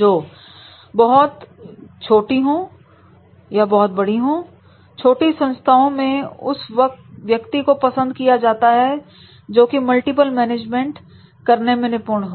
जो बहुत बड़ी या बहुत छोटी हो छोटी संस्थाओं में उस व्यक्ति को पसंद किया जाता है जोकि मल्टीपल मैनेजमेंट करने में निपुण हो